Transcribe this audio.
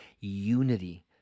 Unity